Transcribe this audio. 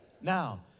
Now